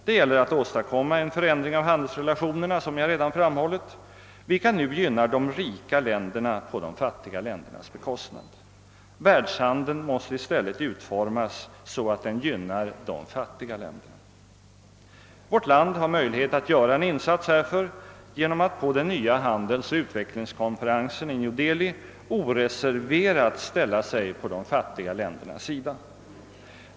Det gäller att åstadkomma en förändring av handelsrelationerna vilka — såsom jag redan har framhållit — nu gynnar de rika länderna på de fattigas bekostnad. Världshandeln måste i stället utformas så, att den gynnar de fattiga länderna. Vårt land har möjlighet att göra en insats härför genom att på den nya handelsoch utvecklingskonferensen i New Delhi oreserverat ställa sig på de fattiga ländernas sida.